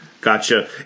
Gotcha